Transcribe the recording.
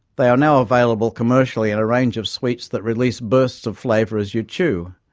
they are now available commercially in a range of sweets that release bursts of flavour as you chew.